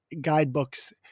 guidebooks